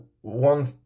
one